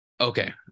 Okay